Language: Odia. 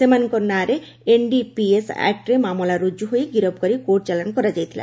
ସେମାନଙ୍କ ନାଁରେ ଏନ୍ଡିପିଏସ୍ ଆକୁରେ ମାମଲା ରୁଜୁ ହୋଇ ଗିରଫ କରି କୋର୍ଟ ଚାଲାଣ କରାଯାଇଥିଲା